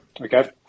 Okay